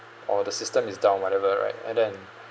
or the system is down whatever right and then